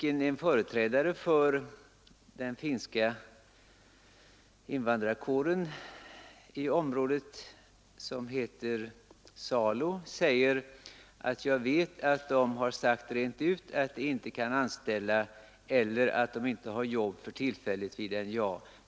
En företrädare för den finska invandrarkåren i området, Heino Salo, sade därvid i en intervju: ”Jag vet att de har sagt rent ut att de inte kan anställa eller att de inte har jobb för tillfället vid NJA.